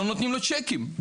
לא נותנים לו צ'קים.